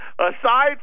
Aside